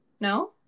No